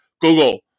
Google